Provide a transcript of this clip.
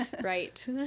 Right